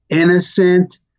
innocent